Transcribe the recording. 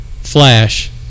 flash